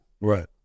Right